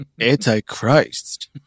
antichrist